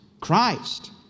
Christ